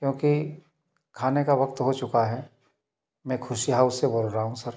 क्खायोंकि ने का वक्त हो चुका है मैं खुद से हाउस से बोल रहा हूँ सर